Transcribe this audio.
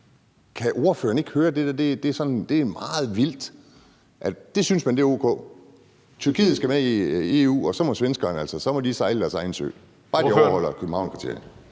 Kan ordføreren ikke høre, at det er meget vildt? Men det synes man er ok, Tyrkiet skal med i EU, og så må svenskerne sejle deres egen sø, bare Tyrkiet overholder Københavnskriterierne.